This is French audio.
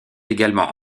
également